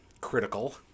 critical